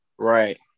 Right